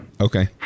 Okay